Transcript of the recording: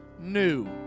new